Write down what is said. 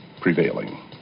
prevailing